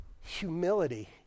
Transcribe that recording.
humility